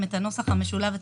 זה בנוסח המשולב.